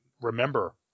remember